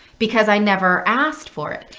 because i never asked for it.